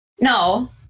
no